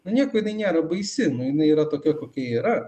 nu nieko jinai niera baisi nu jinai yra tokia kokia yra